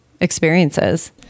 experiences